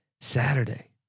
Saturday